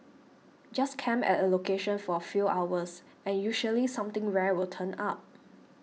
just camp at a location for a few hours and usually something rare will turn up